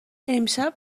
امشب